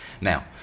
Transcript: Now